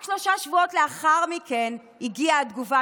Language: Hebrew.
רק שלושה שבועות לאחר מכן הגיעה התגובה